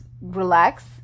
relax